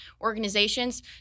organizations